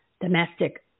domestic